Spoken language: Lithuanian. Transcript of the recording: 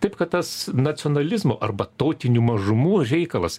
taip kad tas nacionalizmo arba tautinių mažumų reikalas